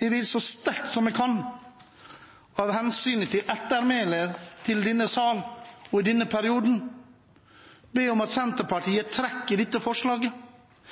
Jeg vil så sterkt som jeg kan, av hensynet til ettermælet til denne salen og denne perioden, be om at Senterpartiet trekker dette forslaget,